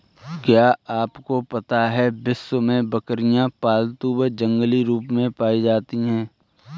क्या आपको पता है विश्व में बकरियाँ पालतू व जंगली रूप में पाई जाती हैं?